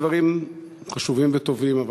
ואלה דברים חשובים וטובים.